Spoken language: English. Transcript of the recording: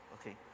Okay